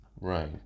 right